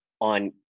on